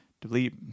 Delete